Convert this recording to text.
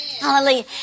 Hallelujah